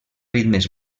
ritmes